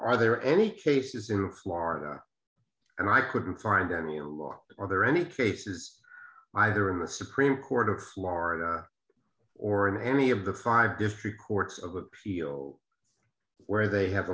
are there any cases in florida and i couldn't find any in law are there any cases either in the supreme court of florida or in any of the five different courts of appeals where they have